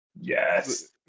Yes